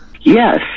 Yes